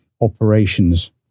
operations